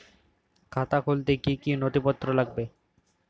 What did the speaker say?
খাতা খুলতে কি কি নথিপত্র লাগবে?